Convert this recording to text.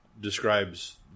describes